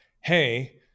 hey